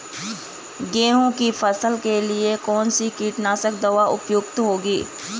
गेहूँ की फसल के लिए कौन सी कीटनाशक दवा उपयुक्त होगी?